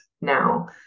now